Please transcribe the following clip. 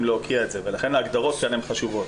להוקיע את זה ולכן ההגדרות כאן הן חשובות.